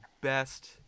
best